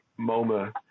MoMA